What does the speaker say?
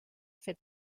fet